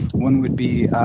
one would be